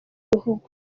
bihugu